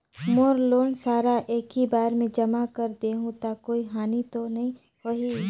मोर loan सारा एकी बार मे जमा कर देहु तो कोई हानि तो नी होही?